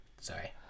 Sorry